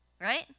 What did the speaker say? right